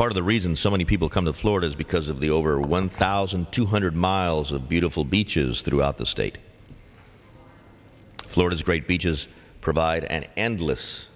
part of the reason so many people come to florida is because of the over one thousand two hundred miles of beautiful beaches throughout the state florida's great beaches provide an endless